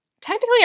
technically